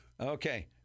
Okay